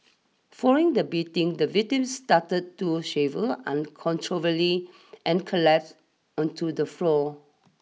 following the beating the victim started to shaver uncontrollably and collapsed onto the floor